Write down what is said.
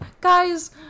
guys